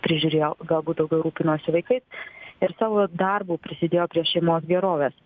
prižiūrėjo galbūt daugiau rūpinosi vaikais ir savo darbu prisidėjo prie šeimos gerovės